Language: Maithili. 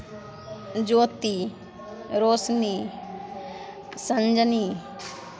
ज्योति रौशनी सञ्जनी